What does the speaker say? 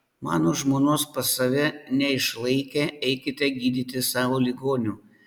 mano žmonos pas save neišlaikę eikite gydyti savo ligonių